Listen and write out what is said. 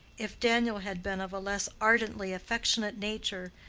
if daniel had been of a less ardently affectionate nature,